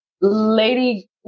Lady